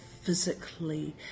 Physically